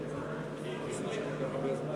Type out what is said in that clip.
מצביע באסל גטאס,